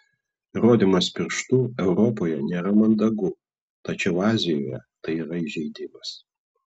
rodymas pirštu europoje nėra mandagu tačiau azijoje tai yra įžeidimas